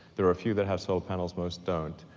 there are a few that have solar panels most don't,